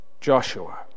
Joshua